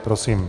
Prosím.